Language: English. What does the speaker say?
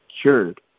cured